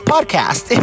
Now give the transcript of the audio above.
Podcast